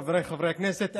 חבריי חברי הכנסת,